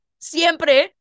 siempre